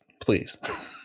Please